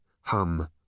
hum